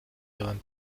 ihrem